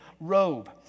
robe